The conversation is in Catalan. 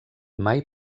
mai